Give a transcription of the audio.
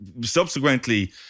subsequently